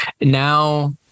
Now